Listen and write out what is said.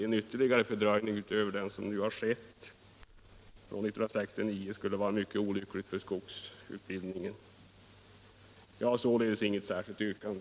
En ytterligare fördröjning skulle vara mycket olycklig för skogsutbildningen. Jag har i nuläget inget särskilt yrkande.